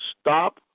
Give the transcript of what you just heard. Stop